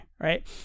right